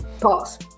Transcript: Pause